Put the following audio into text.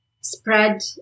spread